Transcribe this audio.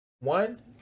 One